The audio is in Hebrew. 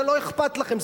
זה לא אכפת לכם.